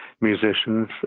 musicians